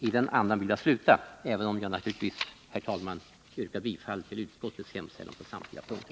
I den andan vill jag sluta, även om jag naturligtvis, herr talman, yrkar bifall till utskottets hemställan på samtliga punkter.